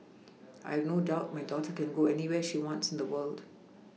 I have no doubt my daughter can go anywhere she wants in the world